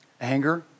Anger